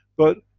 but,